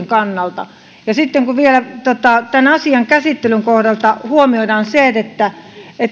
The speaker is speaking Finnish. kannalta voi vielä tämän asian käsittelyn kohdalta huomioida sen että